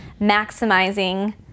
maximizing